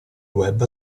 web